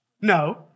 No